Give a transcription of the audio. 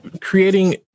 creating